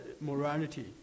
morality